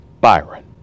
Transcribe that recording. Byron